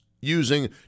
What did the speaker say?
using